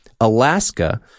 Alaska